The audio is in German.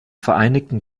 vereinigten